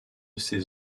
ces